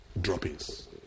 droppings